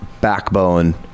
backbone